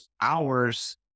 hours